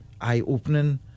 eye-opening